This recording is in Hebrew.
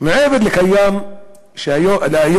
מעבר לקיים היום,